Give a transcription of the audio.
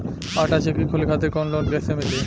आटा चक्की खोले खातिर लोन कैसे मिली?